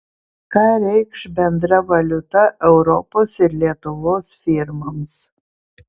ką reikš bendra valiuta europos ir lietuvos firmoms